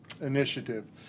initiative